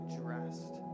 dressed